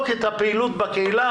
את הפעילות בקהילה.